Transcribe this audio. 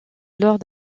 lors